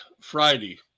Friday